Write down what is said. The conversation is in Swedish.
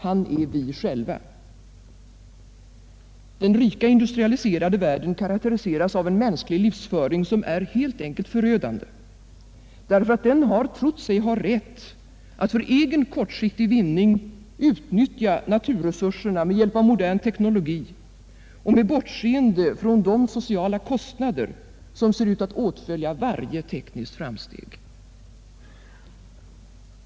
Han är vi själva.” Den rika industrialiserade världen karakteriseras av en mänsklig livsföring som är helt enkelt förödande därför att den har trott sig ha rätt att för egen kortsiktig vinning utnyttja naturresurserna med hjälp av modern teknologi och med bortseende från de sociala kostnader som ser ut att åtfölja varje tekniskt framsteg.